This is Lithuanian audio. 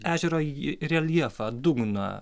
ežero ji reljefą dugną